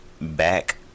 Back